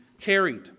carried